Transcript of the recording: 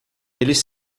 eles